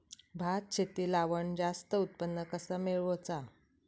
भात शेती लावण जास्त उत्पन्न कसा मेळवचा?